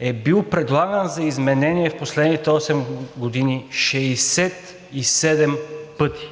е бил предлаган за изменение в последните осем години 67 пъти.